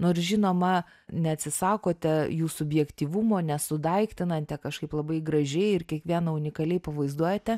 nors žinoma neatsisakote jų subjektyvumo nesudaiktinate kažkaip labai gražiai ir kiekvieną unikaliai pavaizduojate